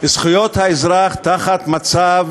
זכויות האזרח, מצב